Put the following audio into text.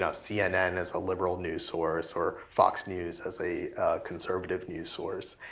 ah cnn is a liberal news source or fox news is a conservative news source.